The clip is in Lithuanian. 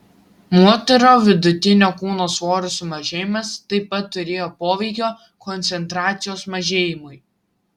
moterų vidutinio kūno svorio sumažėjimas taip pat turėjo poveikio koncentracijos mažėjimui